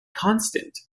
constant